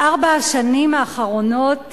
בארבע השנים האחרונות,